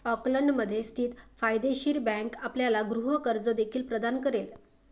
ऑकलंडमध्ये स्थित फायदेशीर बँक आपल्याला गृह कर्ज देखील प्रदान करेल